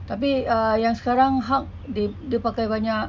tapi uh yang sekarang hulk dia dia pakai banyak